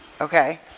Okay